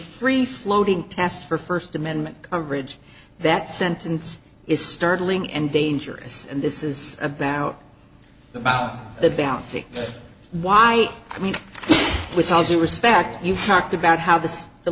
free floating test for first amendment coverage that sentence is startling and dangerous and this is about the about the bounty why i mean with all due respect you've talked about how the the